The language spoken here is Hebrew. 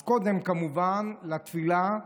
אז כמובן קודם לתפילה,